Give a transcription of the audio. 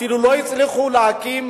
אפילו לא הצליחו להקים